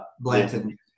Blanton